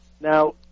Now